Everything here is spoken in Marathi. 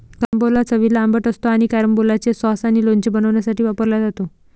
कारंबोला चवीला आंबट असतो आणि कॅरंबोलाचे सॉस आणि लोणचे बनवण्यासाठी वापरला जातो